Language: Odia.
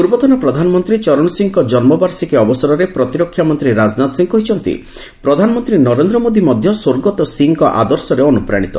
ପୂର୍ବତନ ପ୍ରଧାନମନ୍ତ୍ରୀ ଚରଣ ସିଂହଙ୍କ ଜନ୍ମ ବାର୍ଷିକୀ ଅବସରରେ ପ୍ରତିରକ୍ଷା ମନ୍ତ୍ରୀ ରାଜନାଥ ସିଂହ କହିଛନ୍ତି ପ୍ରଧାନମନ୍ତ୍ରୀ ନରେନ୍ଦ୍ର ମୋଦୀ ମଧ୍ୟ ସ୍ୱର୍ଗତ ସିଂହଙ୍କ ଆଦର୍ଶରେ ଅନୁପ୍ରାଣୀତ